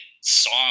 song